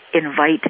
invite